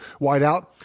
wideout